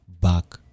back